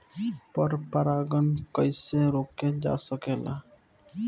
पर परागन कइसे रोकल जा सकेला?